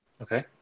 Okay